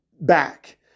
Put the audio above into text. back